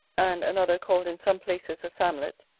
and another called in some places a samlet,